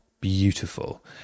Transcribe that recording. beautiful